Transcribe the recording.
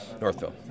Northville